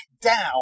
down